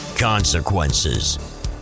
Consequences